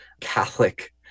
Catholic